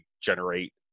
generate